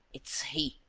it's he,